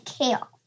kale